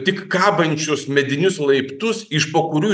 tik kabančius medinius laiptus iš po kurių